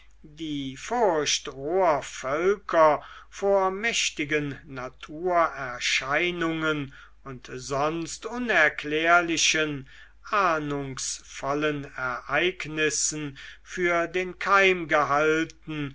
die furcht roher völker vor mächtigen naturerscheinungen und sonst unerklärlichen ahnungsvollen ereignissen für den keim